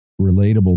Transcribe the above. relatable